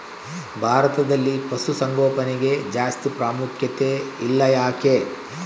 ಭಾರತದಲ್ಲಿ ಪಶುಸಾಂಗೋಪನೆಗೆ ಜಾಸ್ತಿ ಪ್ರಾಮುಖ್ಯತೆ ಇಲ್ಲ ಯಾಕೆ?